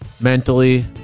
mentally